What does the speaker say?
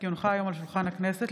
כי הונחו היום על שולחן הכנסת,